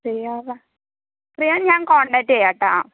free ആകുമ്പോൾ ഞാൻ contact ചെയ്യാട്ടോ